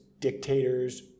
dictators